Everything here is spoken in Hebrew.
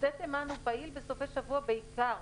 שדה תימן הוא פעיל בסופי שבוע בעיקר.